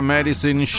Medicine